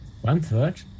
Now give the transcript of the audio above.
One-third